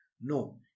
No